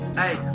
hey